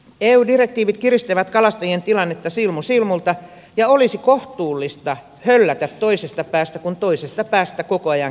eu direktiivit kiristävät kalastajien tilannetta silmu silmulta ja olisi kohtuullista höllätä toisesta päästä kun toisesta päästä koko ajan kiristetään